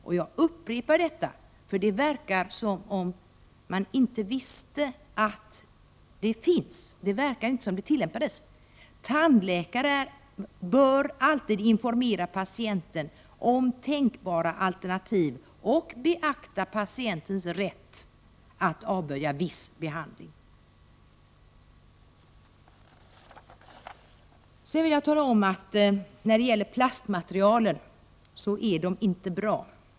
Jag vill understryka detta, eftersom det verkar som om man inte visste att denna anvisning finns och som om den inte tillämpas. Jag vill också framhålla att inte heller plastmaterialen är bra.